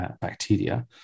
bacteria